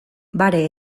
bare